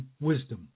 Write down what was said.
wisdom